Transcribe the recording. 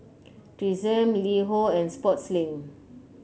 Tresemme LiHo and Sportslink